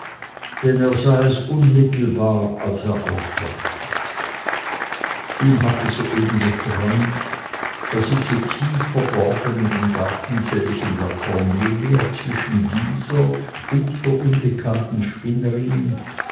denn er sah es unmittelbar als er aufwachte ihm hatte soeben geträumt er sitze tief verborgen in dem gartensälchen der cornelia zwischen dieser und der unbekannten spinnerin